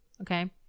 Okay